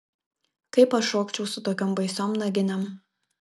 kaip aš šokčiau su tokiom baisiom naginėm